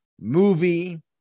movie